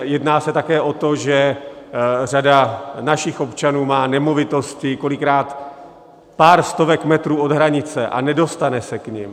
Jedná se také o to, že řada našich občanů má nemovitosti kolikrát pár stovek metrů od hranice a nedostane se k nim.